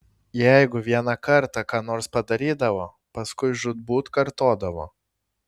jeigu vieną kartą ką nors padarydavo paskui žūtbūt kartodavo